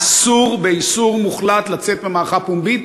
אסור באיסור מוחלט לצאת במערכה פומבית,